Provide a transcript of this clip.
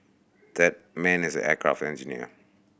that man is an aircraft engineer